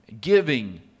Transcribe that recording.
giving